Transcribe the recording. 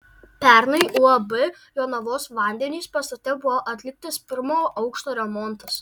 pernai uab jonavos vandenys pastate buvo atliktas pirmo aukšto remontas